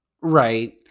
Right